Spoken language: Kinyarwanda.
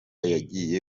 yagiye